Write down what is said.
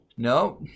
No